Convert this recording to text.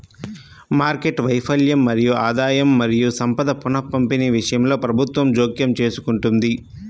market వైఫల్యం మరియు ఆదాయం మరియు సంపద పునఃపంపిణీ విషయంలో ప్రభుత్వం జోక్యం చేసుకుంటుంది